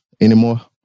anymore